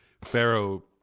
Pharaoh